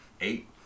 eight